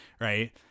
Right